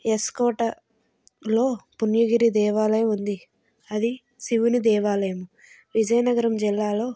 yes కోటలో పుణ్యగిరి దేవాలయం ఉంది అది శివుని దేవాలయం విజయనగరం జిల్లాలో